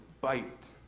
Bite